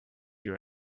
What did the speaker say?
you